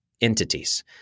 entities